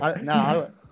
No